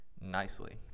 nicely